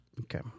Okay